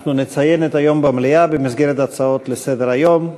אנחנו נציין את היום במליאה במסגרת הצעות לסדר-היום.